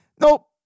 nope